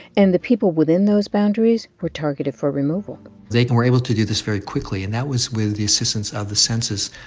and the people within those boundaries were targeted for removal they were able to do this very quickly. and that was with the assistance of the census,